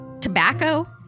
tobacco